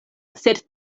sed